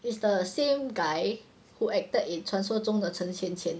is the same guy who acted in 传说中的陈芊芊